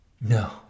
No